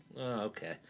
Okay